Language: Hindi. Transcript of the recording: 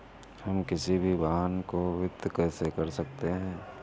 हम किसी भी वाहन को वित्त कैसे कर सकते हैं?